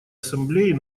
ассамблеи